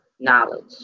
Knowledge